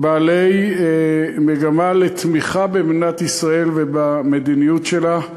בעלי מגמה לתמיכה במדינת ישראל ובמדיניות שלה.